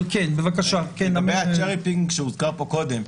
לגבי ה-cherry picking שהוזכר פה קודם,